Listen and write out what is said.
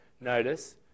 notice